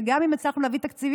וגם אם הצלחנו להביא תקציבים,